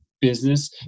business